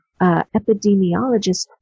epidemiologist